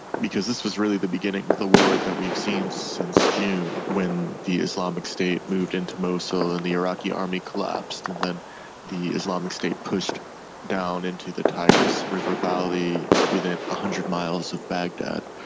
because this was really the beginning of the war that we've seen since june when the islamic state moved into mosul and the iraqi army collapsed, and then the islamic state pushed down into the tigris river valley within one ah hundred miles of baghdad.